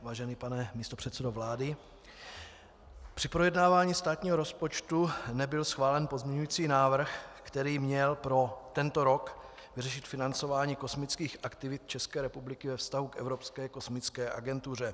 Vážený pane místopředsedo vlády, při projednávání státního rozpočtu nebyl schválen pozměňující návrh, který měl pro tento rok vyřešit financování kosmických aktivit České republiky ve vztahu k Evropské kosmické agentuře.